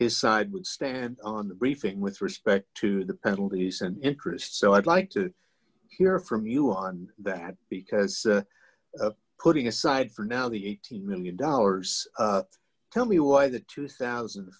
his side would stand on the briefing with respect to the penalties and interest so i'd like to hear from you on that because putting aside for now the eighty million dollars tell me why the two thousand and